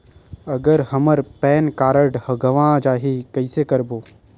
अगर हमर PAN card गवां जाही कइसे करबो?